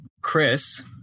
Chris